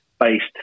based